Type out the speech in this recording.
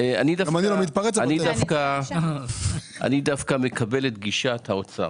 אני דווקא מקבל את גישת האוצר.